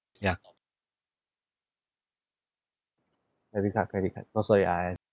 ya any type of credit card not so ya I I